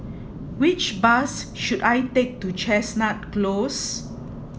which bus should I take to Chestnut Close